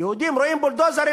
יהודים רואים בולדוזרים,